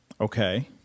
Okay